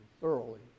thoroughly